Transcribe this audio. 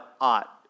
ought